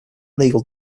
legal